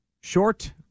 short